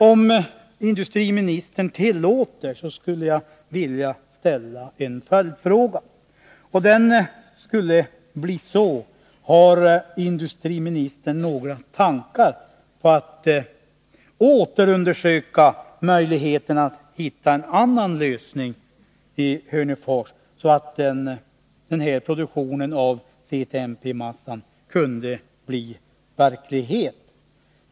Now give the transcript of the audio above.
Om industriministern tillåter skulle jag vilja ställa en följdfråga: Har industriministern några tankar på att åter undersöka möjligheten att hitta en annan lösning i Hörnefors, så att denna produktion av CTMP-massa kunde bli verklighet?